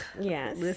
Yes